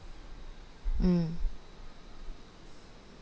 mm